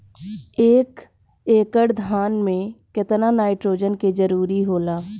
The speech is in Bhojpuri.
एक एकड़ धान मे केतना नाइट्रोजन के जरूरी होला?